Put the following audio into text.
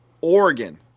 Oregon